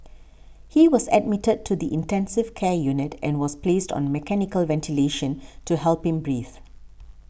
he was admitted to the intensive care unit and was placed on mechanical ventilation to help him breathe